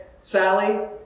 Sally